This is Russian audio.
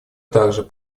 также